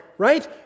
right